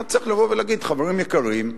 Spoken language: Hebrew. אתה צריך לבוא ולהגיד: חברים יקרים,